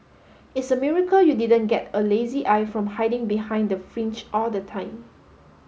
it's a miracle you didn't get a lazy eye from hiding behind the fringe all the time